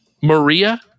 maria